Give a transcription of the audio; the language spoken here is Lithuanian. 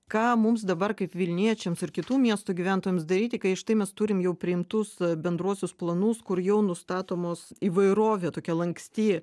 ką mums dabar kaip vilniečiams ir kitų miestų gyventojams daryti kai štai mes turim jau priimtus bendruosius planus kur jau nustatomos įvairovė tokia lanksti